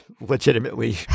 legitimately